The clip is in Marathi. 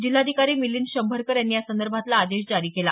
जिल्हाधिकारी मिलिंद शंभरकर यांनी यासंदर्भातला आदेश जारी केला